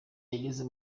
yageze